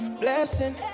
blessing